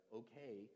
okay